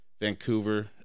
Vancouver